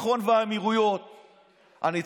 עד שלוש דקות לרשותך, בבקשה.